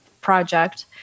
project